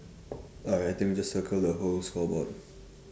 orh I think we just circle the whole scoreboard